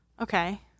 Okay